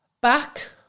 back